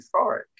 euphoric